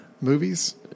movies